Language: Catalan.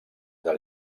del